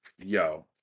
yo